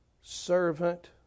servant